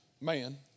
man